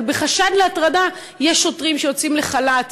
אבל בחשד להטרדה יש שוטרים שיוצאים לחל"ת,